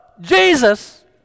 Jesus